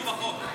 על מי החוק?